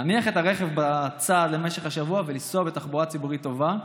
להניח את הרכב בצד למשך השבוע ולנסוע בתחבורה ציבורית טובה.